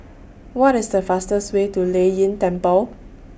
What IS The fastest Way to Lei Yin Temple